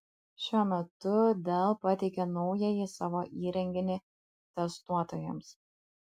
šiuo metu dell pateikė naująjį savo įrenginį testuotojams